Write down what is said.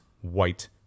white